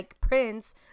prince